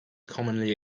commonly